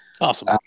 Awesome